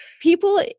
people